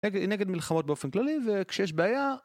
נגד נגד מלחמות באופן כללי וכשיש בעיה